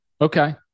Okay